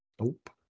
Nope